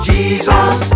Jesus